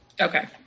Okay